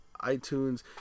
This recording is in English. iTunes